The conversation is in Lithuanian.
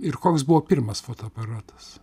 ir koks buvo pirmas fotoaparatas